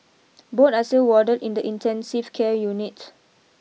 both are still warded in the intensive care unit